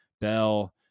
Bell